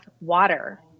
water